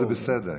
זה בסדר.